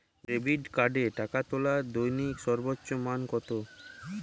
Debit কার্ডে টাকা তোলার দৈনিক সর্বোচ্চ মান কতো?